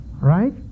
Right